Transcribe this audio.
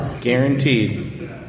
Guaranteed